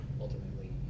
Ultimately